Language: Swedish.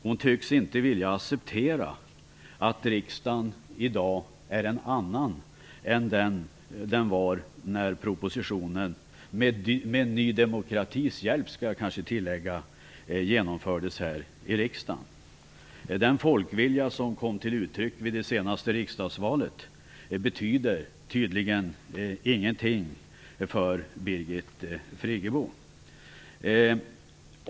Hon tycks inte vilja acceptera att riksdagen i dag är en annan än vad den var när propositionen, med Ny demokratis hjälp skall jag kanske tillägga, antogs av riksdagen. Den folkvilja som kom till uttryck vid det senaste riksdagsvalet betyder tydligen ingenting för Birgit Friggebo.